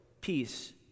peace